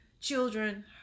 Children